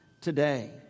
today